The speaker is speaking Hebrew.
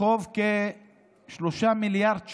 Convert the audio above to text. בחוב של כ-3 מיליארד שקל,